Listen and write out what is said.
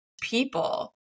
people